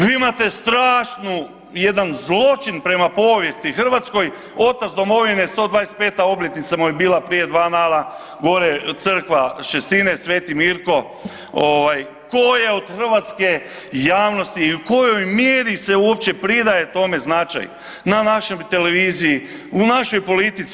Vi imate strašnu jedan zločin prema povijesti hrvatskoj, otac domovine 125 obljetnica mu je bila prije 2 dana gore crkva Šestine Sveti Mirko ovaj, tko je od hrvatske javnosti i u kojoj mjeri se uopće pridaje tome značaj na vašoj televiziji, u našoj politici.